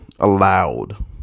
allowed